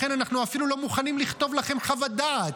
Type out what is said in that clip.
לכן אנחנו אפילו לא מוכנים לכתוב לכם חוות דעת,